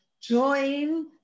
join